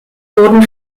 wurden